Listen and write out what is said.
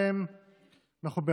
אומר